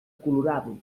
colorado